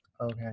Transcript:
Okay